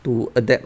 to adapt